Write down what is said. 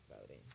voting